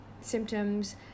symptoms